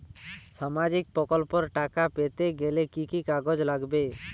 সামাজিক প্রকল্পর টাকা পেতে গেলে কি কি কাগজ লাগবে?